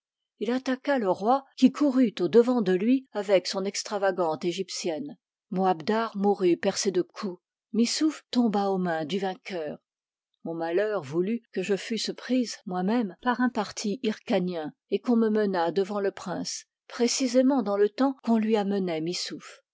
il attaqua le roi qui courut au-devant de lui avec son extravagante egyptienne moabdar mourut percé de coups missouf tomba aux mains du vainqueur mon malheur voulut que je fusse prise moi-même par un parti hyrcanien et qu'on me menât devant le prince précisément dans le temps qu'on lui amenait